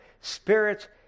spirit